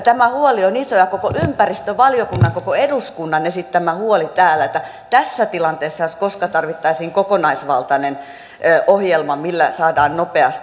tämä on iso ja koko ympäristövaliokunnan koko eduskunnan esittämä huoli ja tässä tilanteessa jos missä tarvittaisiin kokonaisvaltainen ohjelma millä saadaan muutoksia nopeasti